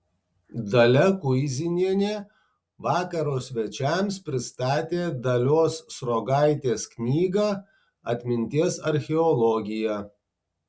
dalia kuizinienė vakaro svečiams pristatė dalios sruogaitės knygą atminties archeologija